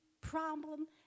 problem